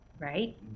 Right